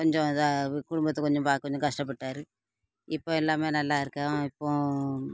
கொஞ்சம் இதா குடும்பத்தை பார்க்க கொஞ்சம் கஷ்டப்பட்டார் இப்போ எல்லாம் நல்லாருக்கோம் இப்போம்